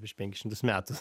virš penkis šimtus metų